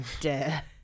dare